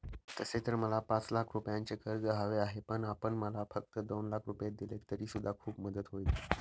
तसे तर मला पाच लाख रुपयांचे कर्ज हवे आहे, पण आपण मला फक्त दोन लाख रुपये दिलेत तरी सुद्धा खूप मदत होईल